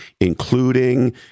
including